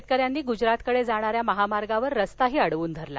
शेतकऱ्यांनी गुजरातकडे जाणाऱ्या महामार्गावर रस्ताही अडवून धरला